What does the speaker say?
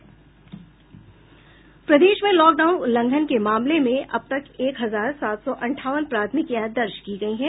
प्रदेश में लॉकडाउन उल्लंघन के मामले में अब तक एक हजार सात सौ अठावन प्राथमिकियां दर्ज करायी गयी हैं